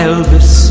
Elvis